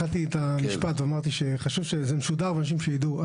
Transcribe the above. הדיון משודר וחשוב שאנשים שידעו.